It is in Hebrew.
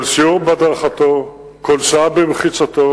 כל סיור בהדרכתו, כל שעה במחיצתו,